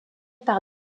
par